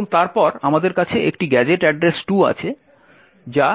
এবং তারপর আমাদের কাছে একটি গ্যাজেট অ্যাড্রেস 2 আছে যা